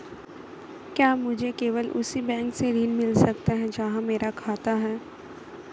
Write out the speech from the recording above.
क्या मुझे केवल उसी बैंक से ऋण मिल सकता है जहां मेरा खाता है?